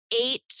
eight